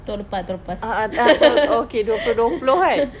tahun lepas tahun lepas